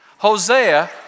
Hosea